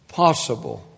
possible